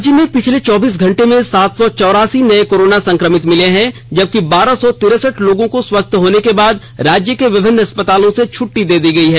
राज्य में पिछले चौबीस घंटे में सात सौ चौरासी नए कोरोना संक्रमित मिले हैं जबकि बारह सौ तिरसठ लोगों को स्वस्थ होने के बाद राज्य के विभिन्न अस्पतालों से छुटटी दी गई है